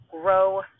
grow